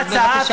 בבקשה.